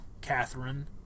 Catherine